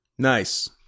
Nice